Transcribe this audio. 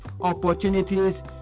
opportunities